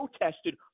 protested